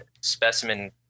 specimen